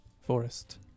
forest